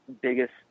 biggest